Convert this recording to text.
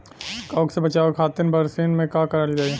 कवक से बचावे खातिन बरसीन मे का करल जाई?